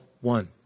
one